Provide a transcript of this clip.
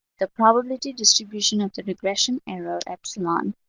the probability distribution of the regression error, epsilon,